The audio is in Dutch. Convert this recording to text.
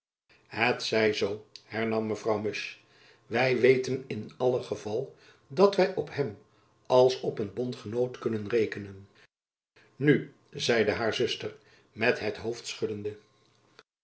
het zij zoo hernam mevrouw musch wy weten in allen gevalle dat wy op hem als op een bondgenoot kunnen rekenen nu zeide haar zuster met het hoofd schuddende